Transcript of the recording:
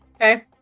Okay